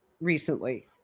recently